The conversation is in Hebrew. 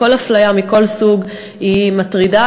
כי כל אפליה מכל סוג היא מטרידה,